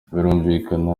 birumvikana